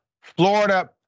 Florida